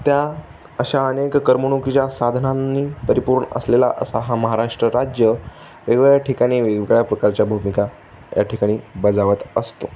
त्या अशा अनेक करमणुकीच्या साधनांनी परिपूर्ण असलेला असा हा महाराष्ट्र राज्य वेगवेगळ्या ठिकाणी वेगवेगळ्या प्रकारच्या भूमिका या ठिकाणी बजावत असतो